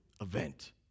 event